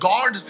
God